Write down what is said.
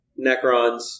Necrons